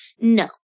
no